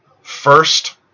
first